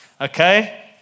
Okay